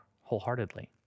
wholeheartedly